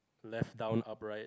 left down up right